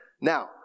Now